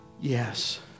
Yes